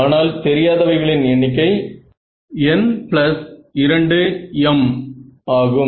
ஆனால் தெரியாதவைகளின் எண்ணிக்கை n2m ஆகும்